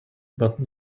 but